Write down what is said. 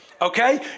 okay